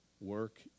work